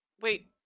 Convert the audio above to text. Wait